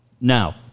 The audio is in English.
now